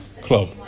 club